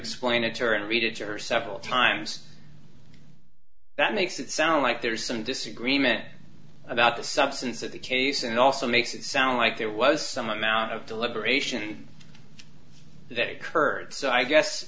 explain it to her and read it to her several times that makes it sound like there is some disagreement about the substance of the case and also makes it sound like there was some amount of deliberation that occurred so i guess